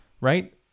Right